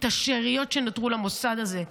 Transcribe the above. את השאריות שנותרו למוסד הזה,